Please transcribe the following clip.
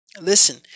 Listen